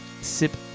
sip